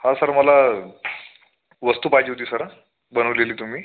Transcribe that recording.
हा सर मला वस्तू पाहिजे होती जरा बनवलेली तुम्ही